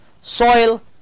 soil